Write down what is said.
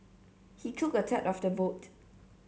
he took a third of the vote